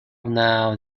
now